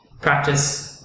practice